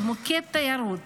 היא מוקד תיירות